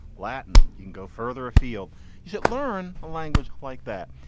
latin, you can go further afield. you should learn a language like that.